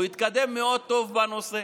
הוא התקדם מאוד טוב בנושא.